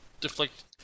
deflect